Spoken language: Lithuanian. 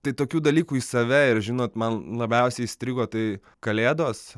tai tokių dalykų į save ir žinot man labiausiai įstrigo tai kalėdos